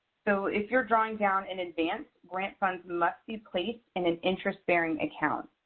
so if you're drawing down in advance, grant funds must be placed in an interest bearing account.